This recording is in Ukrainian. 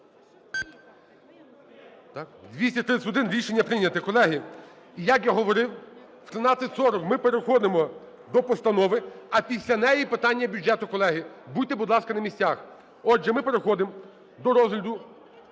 За-231 Рішення прийнято, колеги. Як я говорив, о 13:40 ми переходимо до постанови, а після неї питання бюджету, колеги. Будьте, будь ласка, на місцях. Отже, ми переходимо до розгляду…